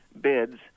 bids